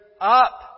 up